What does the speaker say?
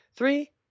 Three